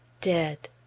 dead